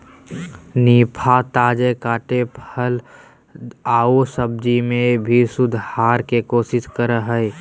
निफा, ताजे कटे फल आऊ सब्जी में भी सुधार के कोशिश करा हइ